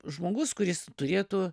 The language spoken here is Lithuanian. žmogus kuris turėtų